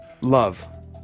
Love